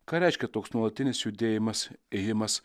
ką reiškia toks nuolatinis judėjimas ėjimas